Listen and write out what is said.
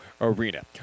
Arena